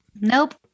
Nope